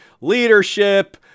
Leadership